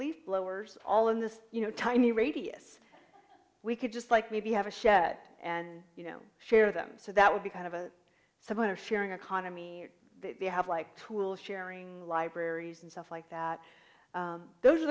leaf blowers all in this you know tiny radius we could just like maybe have a shed and you know share them so that would be kind of a someone or sharing economy they have like tool sharing libraries and stuff like that those are